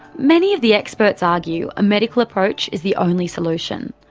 many of the experts argue a medical approach is the only solution.